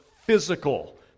physical